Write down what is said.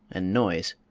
and noise.